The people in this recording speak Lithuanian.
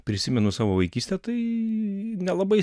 prisimenu savo vaikystę tai nelabai